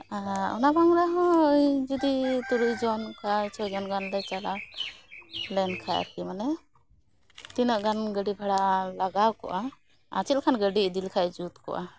ᱟᱨ ᱚᱱᱟ ᱵᱟᱝ ᱨᱮᱦᱚᱸ ᱡᱩᱫᱤ ᱛᱩᱨᱩᱭ ᱡᱚᱱ ᱚᱱᱠᱟ ᱪᱷᱚ ᱡᱚᱱ ᱜᱟᱱ ᱞᱮ ᱪᱟᱞᱟᱜᱼᱟ ᱞᱮᱱᱠᱷᱟᱡ ᱟᱨᱠᱤ ᱢᱟᱱᱮ ᱛᱤᱱᱟᱹᱜ ᱜᱟᱱ ᱜᱟᱹᱰᱤ ᱵᱷᱟᱲᱟ ᱞᱟᱜᱟᱣ ᱠᱚᱜᱼᱟ ᱟᱨ ᱪᱮᱫᱞᱮᱠᱟᱱ ᱜᱟᱹᱰᱤ ᱤᱫᱤ ᱞᱮᱠᱷᱟᱡ ᱡᱩᱛ ᱠᱚᱜᱼᱟ